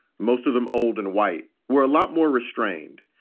most of them old and white, were a lot more restrained.